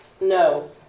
No